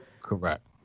correct